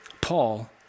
Paul